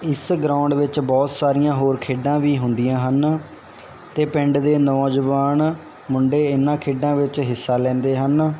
ਇਸ ਗਰਾਉਂਡ ਵਿੱਚ ਬਹੁਤ ਸਾਰੀਆਂ ਹੋਰ ਖੇਡਾਂ ਵੀ ਹੁੰਦੀਆਂ ਹਨ ਅਤੇ ਪਿੰਡ ਦੇ ਨੌਜਵਾਨ ਮੁੰਡੇ ਇਹਨਾਂ ਖੇਡਾਂ ਵਿੱਚ ਹਿੱਸਾ ਲੈਂਦੇ ਹਨ